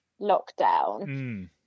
lockdown